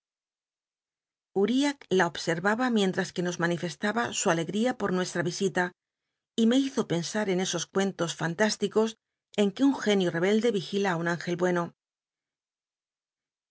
uriah la observaba mientras que nos manifestaba su alegria pot nuestra visita y me hizo pcnsat en esos cuentos fantásticos en que un génio rebelde igila á un íngcl bueno